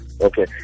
Okay